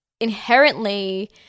inherently